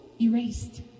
erased